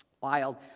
Wild